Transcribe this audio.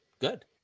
good